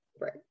Right